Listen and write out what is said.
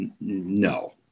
no